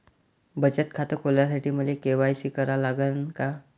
बचत खात खोलासाठी मले के.वाय.सी करा लागन का?